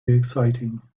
exciting